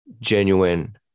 genuine